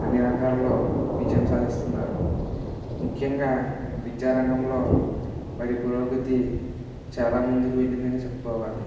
అన్ని రంగాలలో విజయం సాధిస్తున్నారు ముఖ్యంగా విద్యా రంగంలో వారి పురోగతి చాలామందికి వెళ్ళిందని చెప్పుకోవాలి